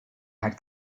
had